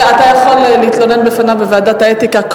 אתה יכול להתלונן בוועדת האתיקה.